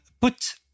put